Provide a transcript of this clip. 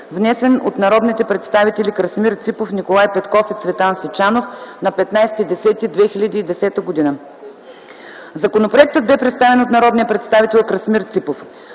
внесен от народните представители Красимир Ципов, Николай Петков и Цветан Сичанов на 15 октомври 2010 г. Законопроектът бе представен от народния представител Красимир Ципов.